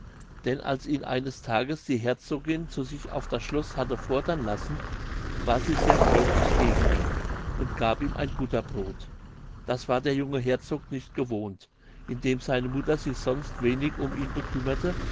denn als ihn eines tages die herzogin zu sich auf das schloß hatte fordern lassen war sie sehr freundlich gegen ihn und gab ihm ein butterbrod das war der junge herzog nicht gewohnt indem seine mutter sich sonst wenig um ihn bekümmerte